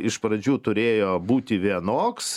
iš pradžių turėjo būti vienoks